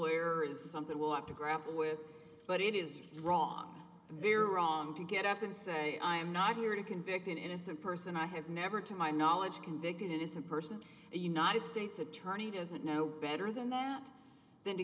is something i will have to grapple with but it is wrong and very wrong to get up and say i am not here to convict an innocent person i have never to my knowledge convict an innocent person a united states attorney doesn't know better than that than to